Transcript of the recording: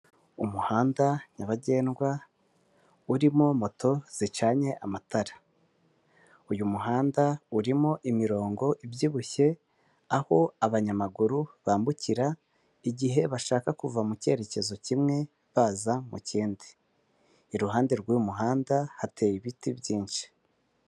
Umuhanda nyabagendwa urimo moto zicanye amatara, uyu muhanda urimo imirongo ibyibushye aho abanyamaguru bambukira igihe bashaka kuva mu cyerekezo kimwe baza mu kindi, iruhande rw'uyu muhanda hateye ibiti byinshi.